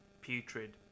putrid